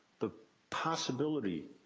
the possibility.